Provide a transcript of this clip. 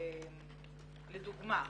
לדוגמה,